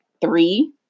three